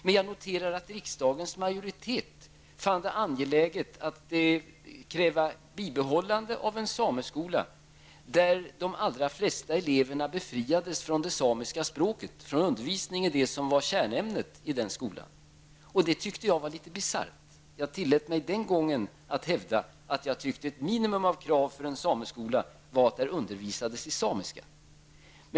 Men jag noterar att riksdagens majoritet fann det angeläget att kräva bibehållande av en sameskola där de allra flesta eleverna befriades från det samiska språket, från undervisning i det som var kärnämnet i den skolan. Det tyckte jag var litet bisarrt. Jag tillät mig den gången att hävda att jag tyckte att ett minimum av krav på en sameskola var att det undervisades i samiska.